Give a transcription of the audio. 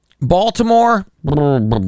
Baltimore